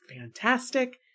fantastic